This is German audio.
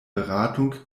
beratung